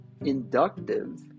Inductive